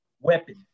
weapon